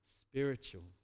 spiritual